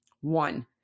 One